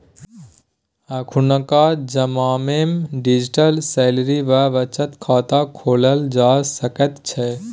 अखुनका जमानामे digital salary वा बचत खाता खोलल जा सकैत छै